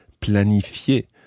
planifier